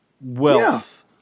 wealth